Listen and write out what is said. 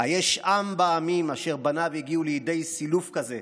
"היש עם בעמים אשר בניו הגיעו לידי סילוף כזה,